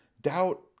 doubt